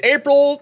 April